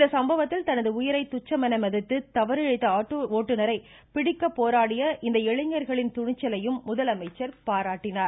இச்சம்பவத்தில் தனது உயிரை துச்சமென மதித்து தவறிழைத்த ஆட்டோ ஓட்டுநரை பிடிக்க போராடிய இளைஞர்களின் துணிச்சலையும் இந்த முதலமைச்சர் பாராட்டினார்